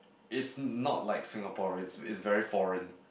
it's not like Singapore it's very foreign